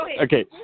Okay